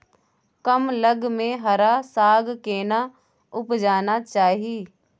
कम लग में हरा साग केना उपजाना चाही?